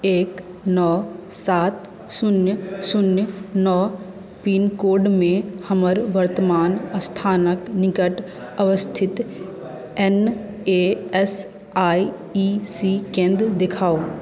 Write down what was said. एक नओ सात शुन्य शुन्य नओ पिनकोडमे हमर वर्तमान स्थानक निकट अवस्थित ई एस आई सी केंद्र देखाउ